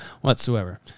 Whatsoever